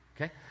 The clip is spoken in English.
Okay